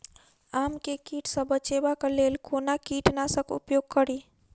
आम केँ कीट सऽ बचेबाक लेल कोना कीट नाशक उपयोग करि?